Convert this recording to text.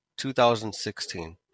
2016